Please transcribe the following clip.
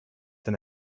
than